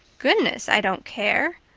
goodness, i don't care.